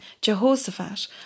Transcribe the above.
Jehoshaphat